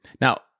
Now